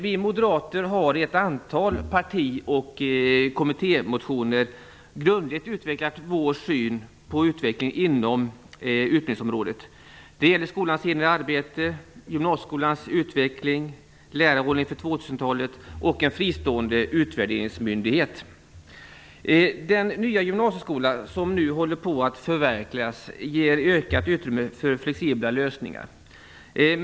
Vi moderater har i ett antal parti och kommittémotioner grundligt utvecklat vår syn på utvecklingen på utbildningsområdet. Det gäller skolans inre arbete, gymnasieskolans utveckling, lärarrollen inför 2000 talet och en fristående utvärderingsmyndighet. Den nya gymnasieskola som nu håller på att förverkligas ger ökat utrymme för flexibla lösningar.